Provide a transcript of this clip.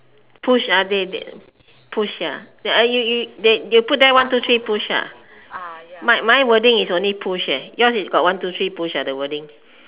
push they they push ya uh you you they put there one two three push ah my my wording is only push eh yours is got one two three push ah the wording